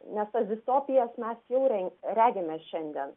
nes tas distopijasmes jau ren regime šiandien